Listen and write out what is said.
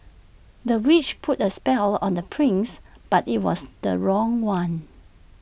the witch put A spell on the prince but IT was the wrong one